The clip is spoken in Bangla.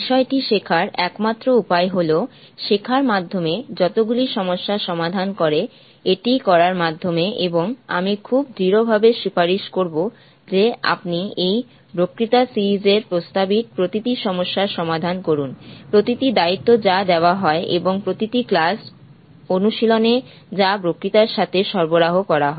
বিষয়টি শেখার একমাত্র উপায় হল শেখার মাধ্যমে যতগুলি সমস্যা সমাধান করে এটি করার মাধ্যমে এবং আমি খুব দৃঢ়ভাবে সুপারিশ করব যে আপনি এই বক্তৃতা সিরিজ এর প্রস্তাবিত প্রতিটি সমস্যার সমাধান করুন প্রতিটি দায়িত্ব যা দেওয়া হয় এবং প্রতিটি ক্লাস অনুশীলনে যা বক্তৃতার সাথে সরবরাহ করা হয়